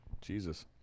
Jesus